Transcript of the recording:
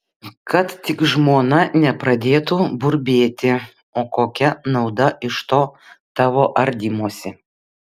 kad tik žmona nepradėtų burbėti o kokia nauda iš to tavo ardymosi